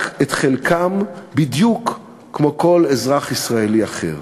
רק את חלקם, בדיוק כמו כל אזרח ישראלי אחר.